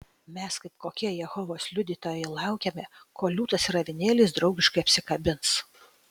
mes kaip kokie jehovos liudytojai laukiame kol liūtas ir avinėlis draugiškai apsikabins